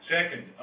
Second